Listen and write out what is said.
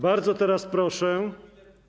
Bardzo teraz proszę.